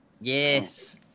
yes